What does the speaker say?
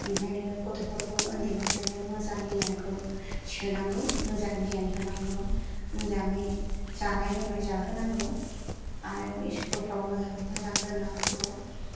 ओंखायनो गथ'फोरखौ उन्दैनिफ्रायनो मोजां गियानखौ सोनांगौ मोजां गियान होनांगौ मोजाङै जानाय लोंनाय जाहोनांगौ आरो स्कुल फ्राव मोजाङै मोजां दोनलांनांगौ